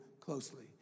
closely